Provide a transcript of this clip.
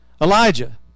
Elijah